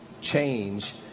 change